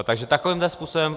Takže takovýmto způsobem.